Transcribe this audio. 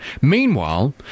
Meanwhile